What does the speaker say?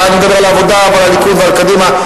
אני מדבר על העבודה ועל הליכוד ועל קדימה.